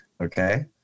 Okay